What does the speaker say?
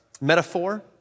metaphor